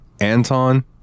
Anton